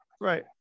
Right